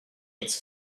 its